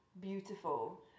beautiful